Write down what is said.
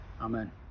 Amen